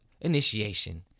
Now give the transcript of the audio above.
initiation